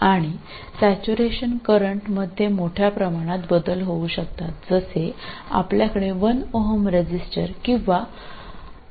आणि saturation current मध्ये मोठ्या प्रमाणात बदल होऊ शकतात जसे आपल्याकडे वन ओहम रेझिस्टर किंवा एक मेगा ओहम रेझिस्टर असू शकतो